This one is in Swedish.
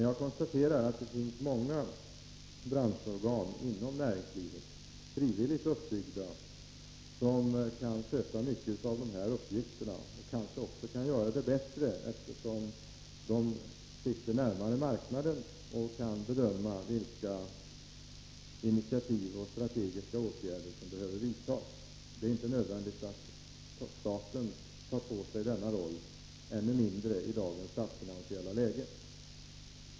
Jag konstaterar att det finns många frivilligt uppbyggda branschorgan inom näringslivet som kan sköta mycket av dessa uppgifter och kanske göra det bättre, eftersom de sitter närmare marknaden och kan bedöma vilka initiativ och strategiska åtgärder som behöver vidtas. Det är inte nödvändigt att staten tar på sig denna roll, ännu mindre i dagens statsfinansiella läge.